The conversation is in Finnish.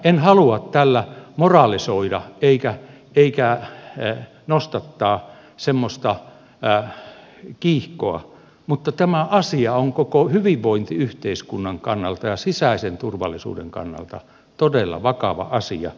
en halua tällä moralisoida enkä nostattaa semmoista kiihkoa mutta tämä asia on koko hyvinvointiyhteiskunnan kannalta ja sisäisen turvallisuuden kannalta todella vakava asia